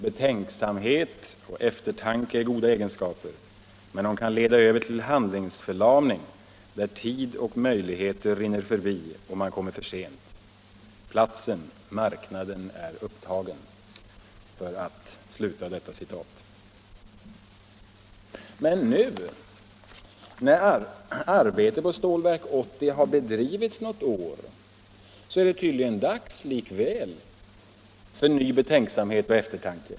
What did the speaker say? Betänksamhet och eftertanke är goda egenskaper, men de kan leda över till handlingsförlamning där tid och möjligheter rinner förbi och man kommer för sent. Platsen, marknaden är upptagen.” Nu sedan arbetet på Stålverk 80 har bedrivits något år är det tydligen likväl dags för ny betänksamhet och eftertanke.